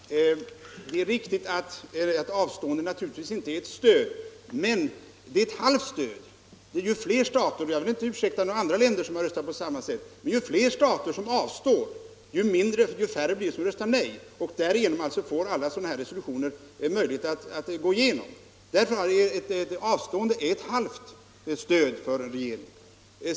Herr talman! Det är riktigt att avstående inte är ett stöd, men det är ett halvt stöd. Jag vill inte ursäkta några andra länder som har röstat på samma sätt, men ju fler stater som avstår, desto färre blir det som röstar nej, och därigenom får alla sådana här resolutioner möjlighet att gå igenom. Avstående blir alltså ett halvt stöd för en resolution.